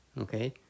Okay